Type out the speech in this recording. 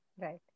Right